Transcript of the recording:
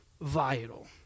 vital